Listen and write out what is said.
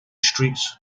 streets